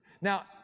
Now